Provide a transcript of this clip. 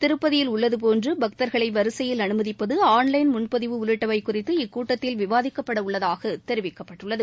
திருப்பதியில் உள்ளது போன்று பக்தர்களை வரிசையில் அனுமதிப்பது ஆன்லைன் முன்பதிவு உள்ளிட்டவை குறித்து இக்கூட்டத்தில் விவாதிக்கப்படவுள்ளதாக தெரிவிக்கப்பட்டுள்ளது